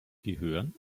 gehören